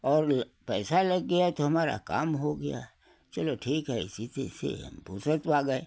और पैसा लग गया तो हमारा काम हो गया चलो ठीक है इसी से ऐसे हम फुरसत पा गए